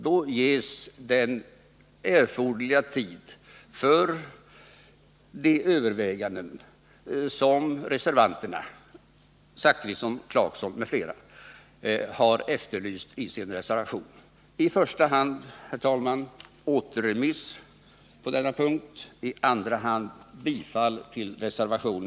Då ges den erforderliga tid för överväganden som reservanterna Bertil Zachrisson, Rolf Clarkson m.fl. efterlyst i sin reservation.